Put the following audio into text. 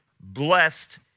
blessed